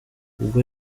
ubwo